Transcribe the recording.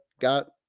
got –